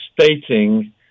stating